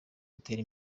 butera